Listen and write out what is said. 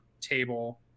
table